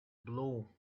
blow